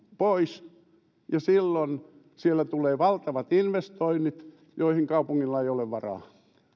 pois ja silloin siellä tulee valtavat investoinnit joihin kaupungilla ei ole varaa